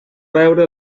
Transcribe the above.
veure